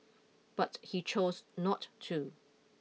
but he chose not to